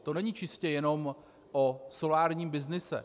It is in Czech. To není čistě jenom o solárním byznyse.